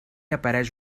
apareix